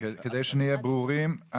שנהיה ברורים,